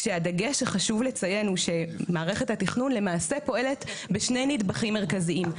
כשהדגש שחשוב לציין הוא שמערכת התכנון למעשה פועלת בשני נדבכים מרכזיים.